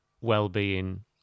well-being